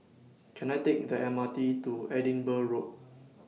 Can I Take The M R T to Edinburgh Road